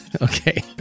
Okay